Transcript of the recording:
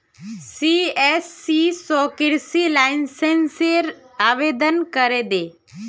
CSC स कृषि लाइसेंसेर आवेदन करे दे